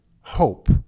hope